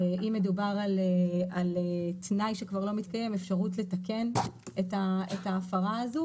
אם מדובר על תנאי שכבר לא מתקיים אפשרות לתקן את ההפרה הזו